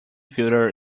filter